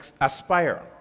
aspire